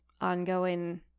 ongoing